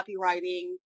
copywriting